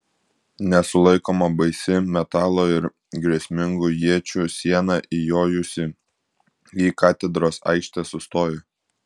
nesulaikoma baisi metalo ir grėsmingų iečių siena įjojusi į katedros aikštę sustojo